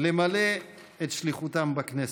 למלא את שליחותם בכנסת.